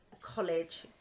college